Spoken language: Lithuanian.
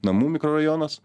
namų mikrorajonas